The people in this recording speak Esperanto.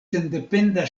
sendependa